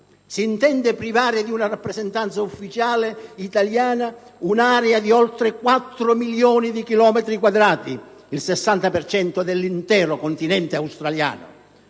Si intende privare di una rappresentanza ufficiale italiana un'area di oltre 4 milioni di chilometri quadrati, il 60 per cento dell'intero continente australiano.